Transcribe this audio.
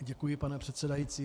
Děkuji, pane předsedající.